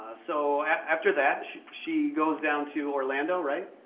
ah so after that she goes down to orlando, right?